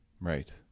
Right